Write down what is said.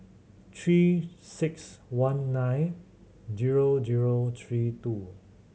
Three Six One nine zero zero three two